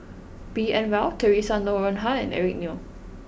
B N Rao Theresa Noronha and Eric Neo